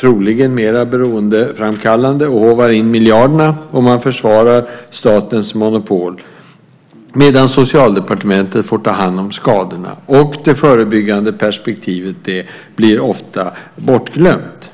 troligen mer beroendeframkallande, och håvar in miljarderna och försvarar statens monopol, medan Socialdepartementet får ta hand om skadorna, och det förebyggande perspektivet blir ofta bortglömt.